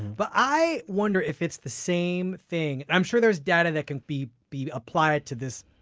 but i wonder if it's the same thing. i'm sure there's data that can be be applied to this